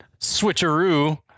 switcheroo